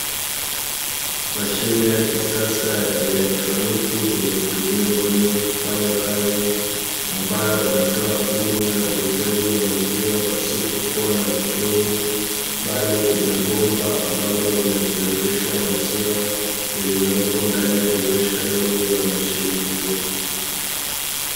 Mashine ya kisasa ya kielektroniki inayotumia umeme kufanya kazi, ambayo inatoa huduma ya uuzaji wa maziwa pasipo kuwa na muhudumu, bali ina bomba ambalo linatiririsha maziwa lililoppo ndani ya dirisha dogo la mashine hiyo.